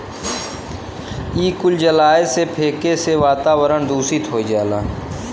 इ कुल जलाए से, फेके से वातावरन दुसित हो जाला